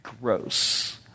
gross